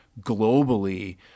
globally